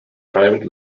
private